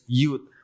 youth